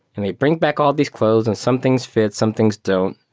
and they bring back all these clothes and some things fit, some things don't.